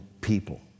people